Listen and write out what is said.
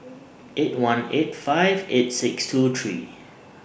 eight one eight five eight six two three